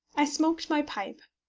i smoked my pipe,